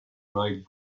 bright